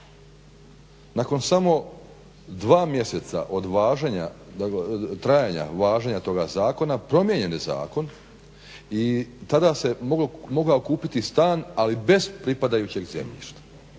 Nakon samo dva mjeseca od trajanja važenja toga zakona promijenjen je zakon i tada se mogao kupiti stan ali bez pripadajućeg zemljišta.